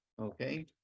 okay